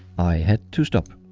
i had to stop.